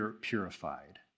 purified